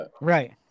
Right